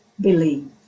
believe